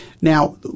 Now